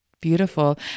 Beautiful